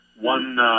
One